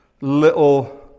little